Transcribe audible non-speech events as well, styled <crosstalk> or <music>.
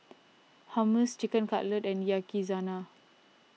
Hummus Chicken Cutlet and <unintelligible>